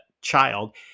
child